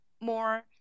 more